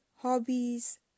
Hobbies